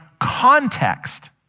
context